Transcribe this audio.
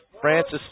Francis